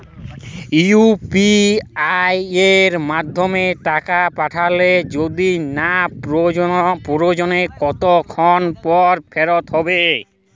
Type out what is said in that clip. UPI য়ের মাধ্যমে টাকা পাঠালে যদি না পৌছায় কতক্ষন পর ফেরত হবে?